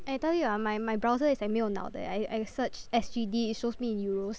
eh I tell you ah my my browser is like 没有脑的 eh I search in S_G_D it shows me in euros